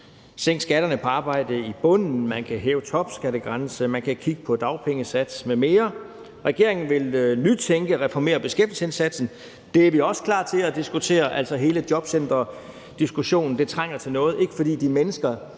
sænke skatterne på arbejde i bunden, man kan hæve topskattegrænsen, man kan kigge på dagpengesatsen m.m. Regeringen vil nytænke og reformere beskæftigelsesindsatsen. Det er vi også klar til at diskutere, altså hele jobcenterdiskussionen; der trænger til at ske noget – ikke fordi de mennesker,